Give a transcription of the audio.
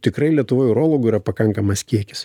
tikrai lietuvoj urologų yra pakankamas kiekis